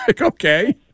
okay